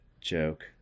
joke